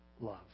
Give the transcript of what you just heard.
love